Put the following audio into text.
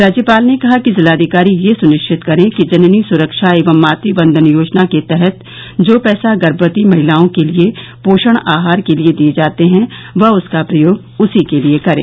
राज्यपाल ने कहा कि जिलाधिकारी यह सुनिश्चित करे कि जननी सुरक्षा एवं मातृ वंदन योजना के तहत जो पैसा गर्भवती महिलाओं के लिये पोषण आहार के लिये दिये जाते है वह उसका प्रयोग उसी के लिये करे